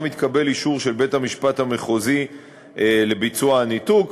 וגם התקבל אישור של בית-המשפט המחוזי לביצוע הניתוק,